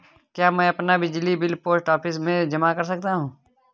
क्या मैं अपना बिजली बिल पोस्ट ऑफिस में जमा कर सकता हूँ?